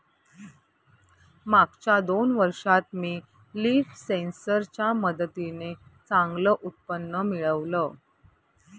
मागच्या दोन वर्षात मी लीफ सेन्सर च्या मदतीने चांगलं उत्पन्न मिळवलं